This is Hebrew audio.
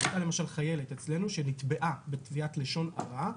הייתה אצלנו חיילת שנתבעה בתביעת לשון הרע,